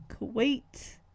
Kuwait